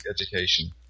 education